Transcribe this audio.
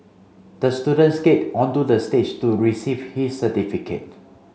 the student skated onto the stage to receive his certificate